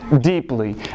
deeply